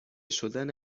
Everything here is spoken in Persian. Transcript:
شدن